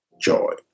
joy